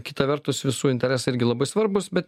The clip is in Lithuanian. kita vertus visų interesai irgi labai svarbūs bet